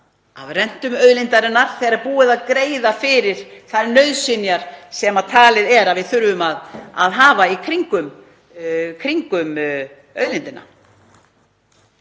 af rentum auðlindarinnar þegar búið er að greiða fyrir þær nauðsynjar sem talið er að við þurfum að hafa í kringum auðlindina.